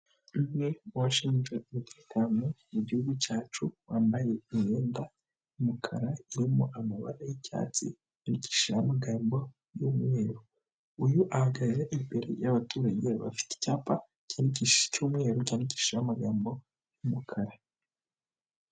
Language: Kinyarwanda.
Umwe mu bashinzwe umutekano mu gihugu cyacu ,wambaye imyenda y'umukara irimo amabara y'icyatsi yandishije amagambo y'umweru. Uyu ahagaze imbere y'ababaturage bafite icyapa cy'umweru cyandikishijeho amagambo y'umukara.